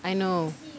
I know